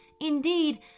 Indeed